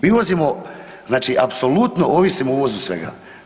Mi uvozimo znači apsolutno ovisimo o uvozu svega.